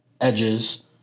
edges